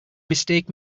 mistake